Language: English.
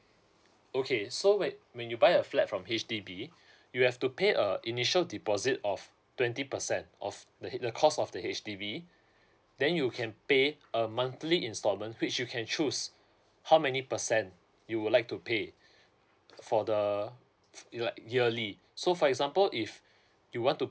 okay so when when you buy a flat from H_D_B you have to pay a initial deposit of twenty percent of the head the cost of the H_D_B then you can pay a monthly installment which you can choose how many percent you would like to pay for the like yearly so for example if you want to